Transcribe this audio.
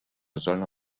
zona